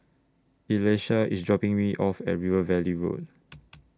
Elisha IS dropping Me off At River Valley Road